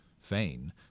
Fain